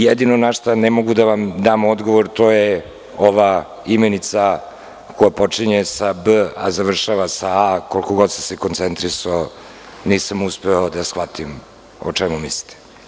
Jedino na šta ne mogu da vam dam odgovor to je ova imenica koja počinje sa „b“, a završava sa „a“, koliko god sam se koncentrisao nisam uspeo da shvatim na šta mislite.